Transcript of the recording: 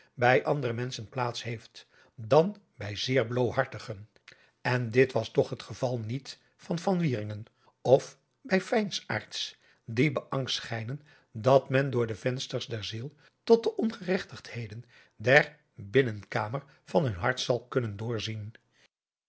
bij andere menschen plaats heeft dan bij zeer blohartigen en dit was toch het geval niet van van wieringen of bij veinsaärds die beangst schijnen dat men door de vensters der ziel tot de ongeregtigheden der bimiekamer van hun hart zal kunnen doorzien